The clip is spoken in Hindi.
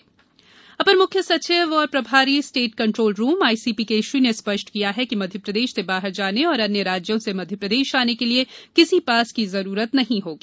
केशरी पास अपर मुख्य सचिव एवं प्रभारी state control room ICP Keshari ने स्पष्ट किया है कि मध्यप्रदेश से बाहर जाने और अन्य राज्यों से मध्यप्रदेश आने के लिए किसी पास की जरूरत नहीं होगी